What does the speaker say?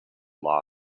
law